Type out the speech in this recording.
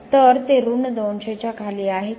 तर ते ऋण200 च्या खाली आहे की नाही